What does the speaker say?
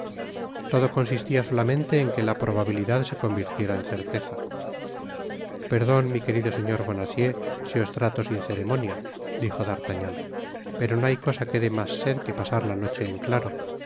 todo consistia solamente en que la probabilidad se convirtiera en certeza perdon mi querido señor bonacieux si os trato sin ceremonia dijo d'artagnan pero no hay cosa que dé mas sed que pasar la noche en claro